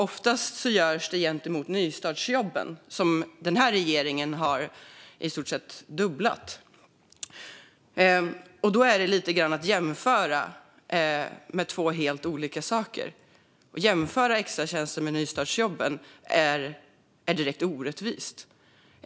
Ofta jämförs extratjänsterna med nystartsjobben, som den här regeringen i stort sett har dubblat. Det är lite grann att jämföra två helt olika saker. Att jämföra extratjänster med nystartsjobb är direkt orättvist.